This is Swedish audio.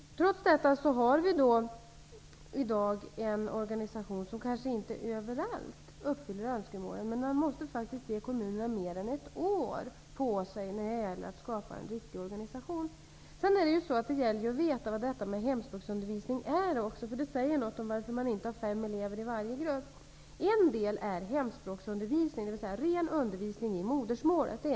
Trots detta finns det i dag en organisation som kanske inte överallt uppfyller önskemålen. Men man måste faktiskt ge kommunerna mer än ett år på sig för att kunna skapa en riktig organisation. Vidare måste man veta vad hemspråksundervisningen är för något. Det säger något om varför det inte är fem elever i varje grupp. En del av resurserna går till hemspråksundervisning, dvs. ren undervisning i modersmålet.